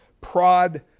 prod